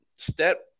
step